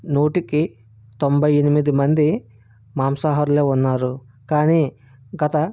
నూటికి తొంభై ఎనిమిది మంది మాంసాహారులే ఉన్నారు కానీ గత